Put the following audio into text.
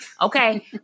Okay